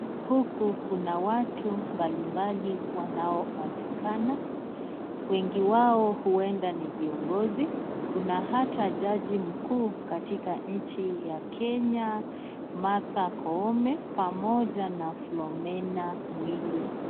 Huku kuna watu mbalimbali wanaonekana, wengi wao ueda ni viongozi, kuna ata jaji mkuu katika nchi ya Kenya Martha Koome pamoja na Philomena Mwilu.